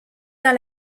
dans